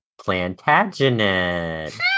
plantagenet